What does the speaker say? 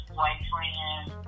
boyfriend